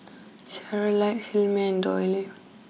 Charlottie Hilmer and Doyle